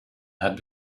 had